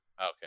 okay